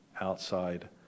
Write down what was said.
outside